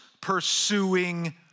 pursuing